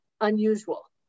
unusual